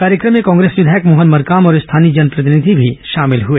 कार्यक्रम में कांग्रेस विधायक मोहन मरकाम और स्थानीय जनप्रतिनिधि भी शामिल हुए